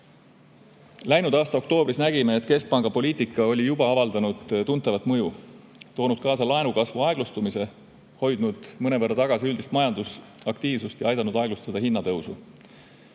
Läinud aasta oktoobris nägime, et keskpanga poliitika oli juba avaldanud tuntavat mõju: toonud kaasa laenukasvu aeglustumise, hoidnud mõnevõrra tagasi üldist majandusaktiivsust ja aidanud aeglustada hinnatõusu.